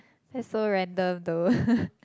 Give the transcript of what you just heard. that's so random though